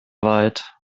weit